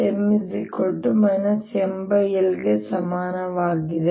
M Ml ಗೆ ಸಮನಾಗಿರುತ್ತದೆ